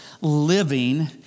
living